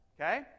okay